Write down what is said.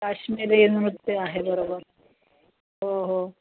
काश्मिरी नृत्य आहे बरोबर हो हो